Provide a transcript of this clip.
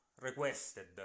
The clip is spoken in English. requested